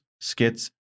skits